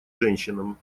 женщинам